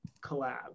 collab